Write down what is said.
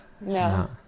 no